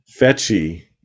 Fetchy